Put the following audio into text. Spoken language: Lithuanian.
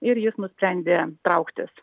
ir jis nusprendė trauktis